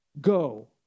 go